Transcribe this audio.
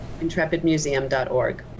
Intrepidmuseum.org